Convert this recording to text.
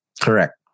Correct